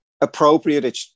Appropriate